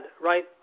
right